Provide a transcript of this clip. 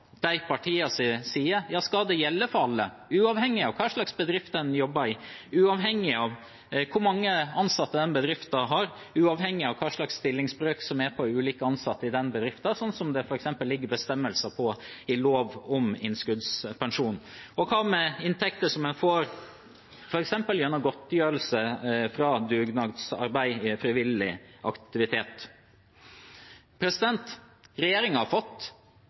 side. Ja, skal det gjelde for alle – uavhengig av hva slags bedrift en jobber i, uavhengig av hvor mange ansatte den bedriften har, uavhengig av stillingsbrøken hos de ulike ansatte i den bedriften, som det er bestemmelser om f.eks. i lov om innskuddspensjon? Og hva med inntekter som en får f.eks. gjennom godtgjørelse fra dugnadsarbeid og frivillig aktivitet? Regjeringen har fått